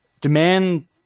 Demand